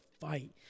fight